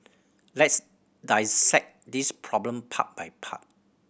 let's dissect this problem part by part